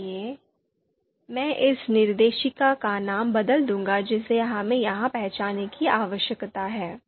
इसलिए मैं इस निर्देशिका का नाम बदल दूंगा जिसे हमें यहां पहचानने की आवश्यकता है